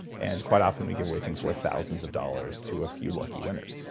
and quite often we give away things worth thousands of dollars to a few lucky winners.